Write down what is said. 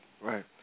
right